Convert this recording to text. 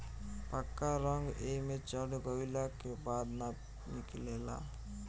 पक्का रंग एइमे चढ़ गईला के बाद ना निकले ला